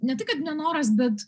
ne tai kad nenoras bet